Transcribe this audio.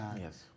Yes